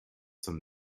zum